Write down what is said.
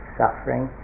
suffering